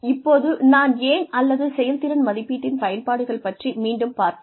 இப்போது நாம் ஏன் அல்லது செயல்திறன் மதிப்பீட்டின் பயன்பாடுகள் பற்றி மீண்டும் பார்ப்போம்